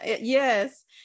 Yes